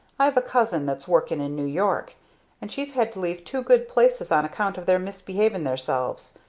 i've a cousin that's workin' in new york and she's had to leave two good places on account of their misbehavin' theirselves.